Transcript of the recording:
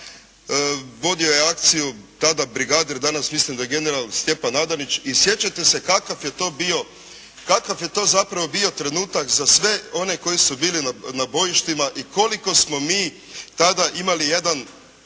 Vodio je akciju, tada brigadir, danas mislim da je general Stjepan Adamić i sjećate se kakav je to bio, kakav je to zapravo bio trenutak za sve one koji su bili na bojištima i koliko smo mi tada imali jedan